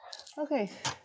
okay